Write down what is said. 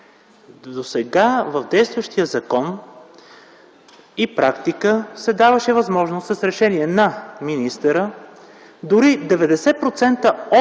Досега в действащия закон и практика се даваше възможност с решение на министъра дори 90% от